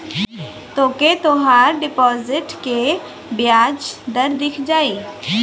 तोके तोहार डिपोसिट क बियाज दर दिख जाई